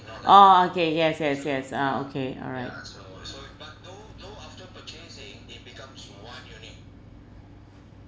oh okay yes yes yes ah okay alright